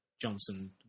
Johnson